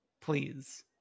Please